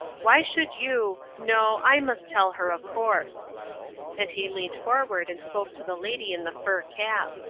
why should you no, i must tell her, of course and he leant forward and spoke to the lady in the fur cap.